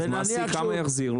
כמה המעסיק יחזיר לו?